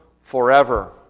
forever